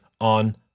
on